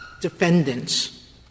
defendants